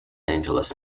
angeles